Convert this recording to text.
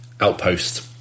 outpost